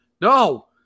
no